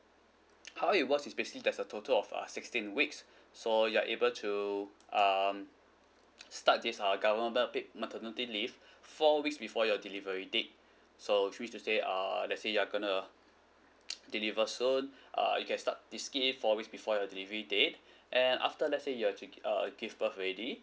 how it works is basically there's a total of uh sixteen weeks so you're able to um start this uh government paid maternity leave four weeks before your delivery date so which means to say err let's say you're going to deliver soon err you can start this scheme four weeks before your delivery date and after let's say you're to gi~ err give birth already